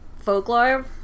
folklore